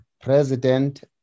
President